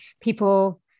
people